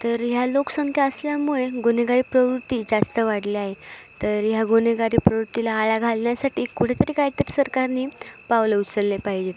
तर ह्या लोकसंख्या असल्यामुळे गुन्हेगारी प्रवृत्ती जास्त वाढल्या आहे तर ह्या गुन्हेगारी प्रवृत्तीला आळा घालण्यासाठी कुठेतरी काहीतरी सरकारनी पावलं उचलले पाहिजे